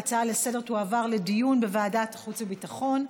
ההצעה לסדר-היום תועבר לדיון בוועדת החוץ והביטחון.